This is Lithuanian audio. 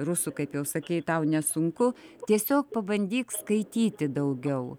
rusų kaip jau sakei tau nesunku tiesiog pabandyk skaityti daugiau